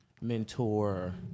mentor